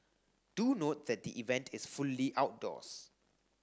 do note that the event is fully outdoors